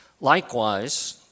Likewise